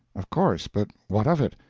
of course, but what of it?